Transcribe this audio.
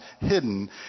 hidden